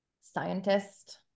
scientist